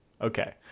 Okay